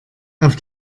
auf